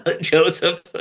Joseph